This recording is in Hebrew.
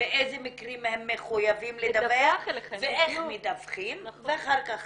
באיזה מקרים הן מחויבות לדווח ואיך מדווחים ואחר כך